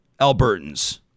Albertans